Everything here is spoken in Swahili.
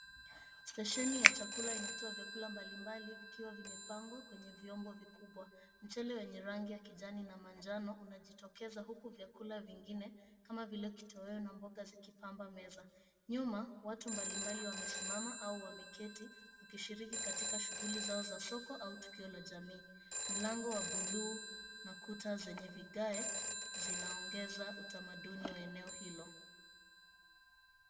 Stesheni ya chakula inatoa vyakula mbalimbali vikiwa vimepangwa kwenye viombo vikubwa, mchele wenye rangi ya kijani na manjano unajitokeza huku vyakula vingine kitoweo na mboga zikipamba meza, nyuma watu mbali mbali wamesimama au wameketi wakishiriki katika shughuli zao za soko au za kijamii, mlango wa buluu na kuta zenye vigae zinaongeza utamaduni wa eneo hizo.